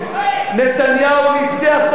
אני בוכה, אני בוכה.